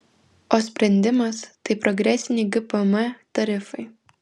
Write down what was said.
o sprendimas tai progresiniai gpm tarifai